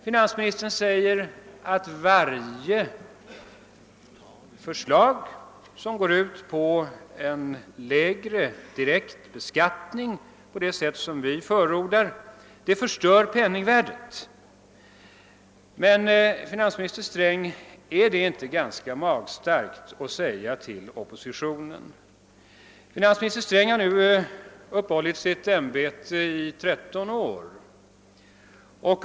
Finansministern säger att varje för slag som går på en lägre direkt beskattning på det sätt som vi förordar förstör penningvärdet. Men är det inte ganska magstarkt att säga detta till oppositionen? Finansminister Sträng har nu uppehållit sitt ämbete i 13 år.